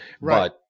Right